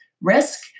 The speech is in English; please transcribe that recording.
risk